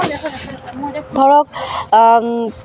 ধৰক